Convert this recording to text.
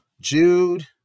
Jude